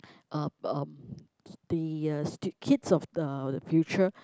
uh um the uh kids of the future